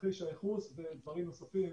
תרחיש הייחוס ודברים נוספים